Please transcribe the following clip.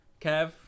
Kev